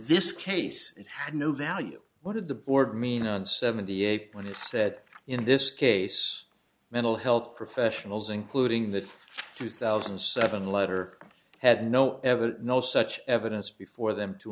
this case it had no value what did the board mean and seventy eight when it said in this case mental health professionals including the two thousand and seven letter had no evidence no such evidence before them to